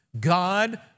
God